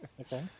Okay